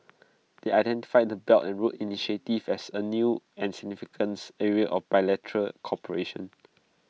they identified the belt and road initiative as A new and significance area of bilateral cooperation